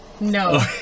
no